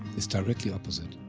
is directly opposite.